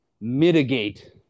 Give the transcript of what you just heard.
mitigate